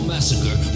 Massacre